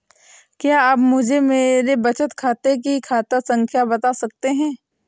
क्या आप मुझे मेरे बचत खाते की खाता संख्या बता सकते हैं?